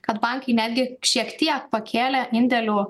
kad bankai netgi šiek tiek pakėlė indėlių